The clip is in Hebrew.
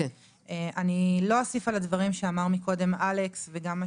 אני לא אוסיף על הדברים שאמר קודם אלכס וגם מה